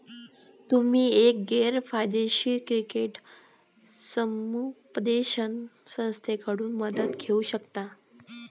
तुम्ही एक गैर फायदेशीर क्रेडिट समुपदेशन संस्थेकडून मदत घेऊ शकता